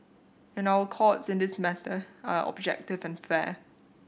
and our Courts in this matter are objective and fair